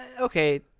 okay